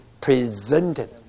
presented